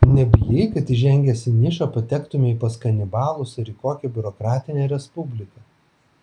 nebijai kad įžengęs į nišą patektumei pas kanibalus ar į kokią biurokratinę respubliką